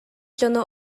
дьоно